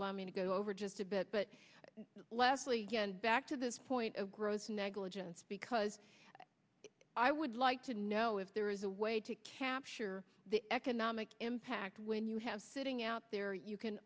allow me to go over just a bit but leslie back to this point of gross negligence because i would like to know if there is a way to capture the economic impact when you have sitting out there you can